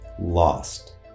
lost